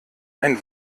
ein